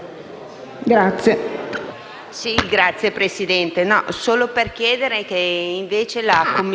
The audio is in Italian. Grazie